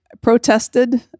protested